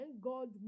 God